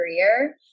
career